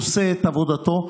עושה את עבודתו,